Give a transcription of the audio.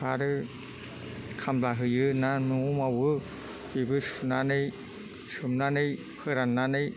आरो खामला होयो ना न'आव मावो बेबो सुनानै सोमनानै फोराननानै